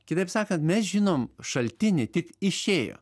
kitaip sakant mes žinom šaltinį tik išėjo